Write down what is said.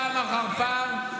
פעם אחר פעם,